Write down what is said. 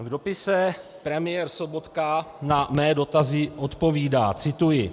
V dopise premiér Sobotka na mé dotazy odpovídá cituji: